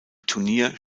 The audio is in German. turnier